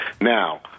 Now